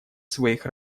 своих